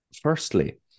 firstly